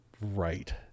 Right